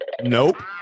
Nope